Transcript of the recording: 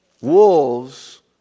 Wolves